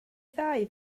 ddau